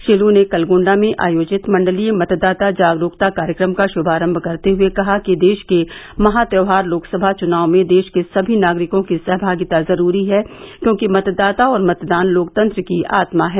श्री लू ने कल गोण्डा में आयोजित मंडलीय मतदाता जागरूकता कार्यक्रम का श्भारम्भ करते हुए कहा कि देश के महा त्यौहार लोकसभा चुनाव में देश के सभी नागरिकों की सहभागिता जरूरी है क्योंकि मतदाता और मतदान लोकतंत्र की आत्मा है